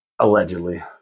Allegedly